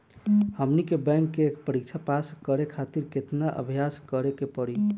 हमनी के बैंक के परीक्षा पास करे खातिर केतना अभ्यास करे के पड़ी?